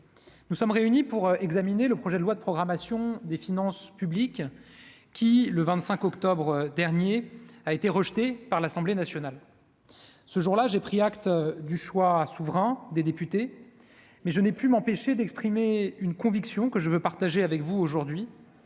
nous sommes réunis pour examiner le projet de loi de programmation des finances publiques qui, le 25 octobre dernier a été rejeté par l'Assemblée nationale ce jour là, j'ai pris acte du choix souverain des députés, mais je n'ai pu m'empêcher d'exprimer une conviction que je veux partager avec vous aujourd'hui,